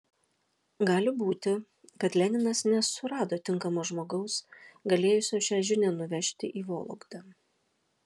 gali būti kad leninas nesurado tinkamo žmogaus galėjusio šią žinią nuvežti į vologdą